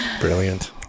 Brilliant